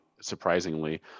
surprisingly